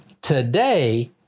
today